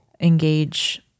engage